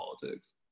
politics